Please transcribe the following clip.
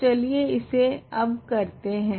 तो चलिए इसे अब करते है